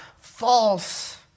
false